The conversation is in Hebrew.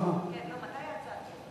הרווחה והבריאות נתקבלה.